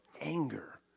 anger